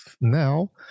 now